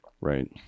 right